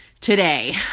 today